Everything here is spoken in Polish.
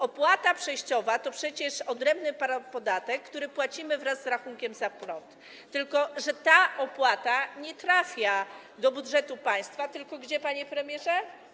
Opłata przejściowa to przecież odrębny podatek, który płacimy wraz z rachunkiem za prąd, tyle że ta opłata nie trafia do budżetu państwa, tylko gdzie, panie premierze?